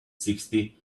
sixty